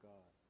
God